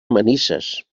manises